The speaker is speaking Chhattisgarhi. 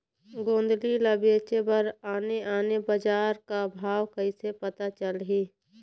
गोंदली ला बेचे बर आने आने बजार का भाव कइसे पता चलही?